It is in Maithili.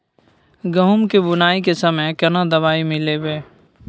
गहूम के बुनाई के समय केना दवाई मिलैबे?